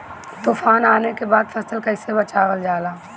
तुफान आने के बाद फसल कैसे बचावल जाला?